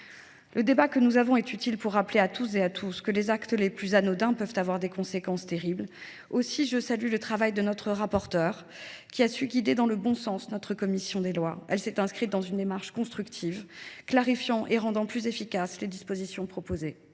Le débat que nous avons est utile pour rappeler à chacun que les actes les plus anodins peuvent avoir des conséquences terribles. Aussi, je salue le travail de notre rapporteure, qui a su guider dans la bonne direction notre commission des lois. Elle s’est inscrite dans une démarche constructive, clarifiant et rendant plus efficaces les dispositions proposées.